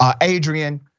Adrian